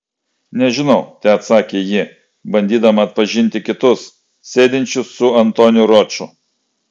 nežinau teatsakė ji bandydama atpažinti kitus sėdinčius su antoniu roču